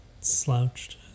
slouched